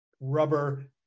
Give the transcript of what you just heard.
rubber